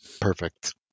Perfect